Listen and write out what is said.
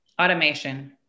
automation